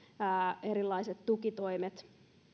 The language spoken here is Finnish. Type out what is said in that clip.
erilaiset tukitoimet